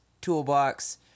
toolbox